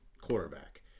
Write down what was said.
quarterback